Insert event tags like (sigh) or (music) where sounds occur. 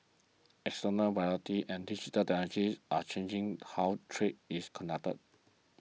external (unintelligible) and digital technologies are changing how trade is conducted